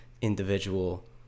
individual